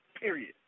period